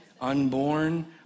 unborn